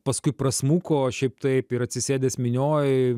paskui prasmuko šiaip taip ir atsisėdęs minioj